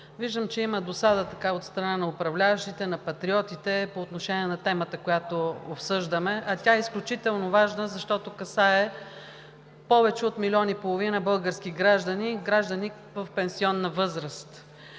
виждам, че има досада от страна на управляващите, на Патриотите, по отношение на темата, която обсъждаме, а тя е изключително важна, защото касае повече от милион и половина български граждани и граждани в пенсионна възраст.